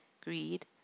greed